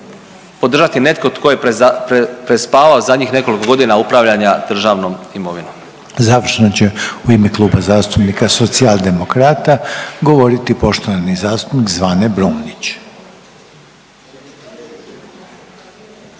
podržati netko tko je prespavao zadnjih nekoliko godina upravljanja državnom imovinom. **Reiner, Željko (HDZ)** Završno će u ime Kluba zastupnika Socijaldemokrata govoriti poštovani zastupnik Zvane Brumnić.